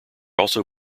also